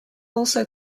also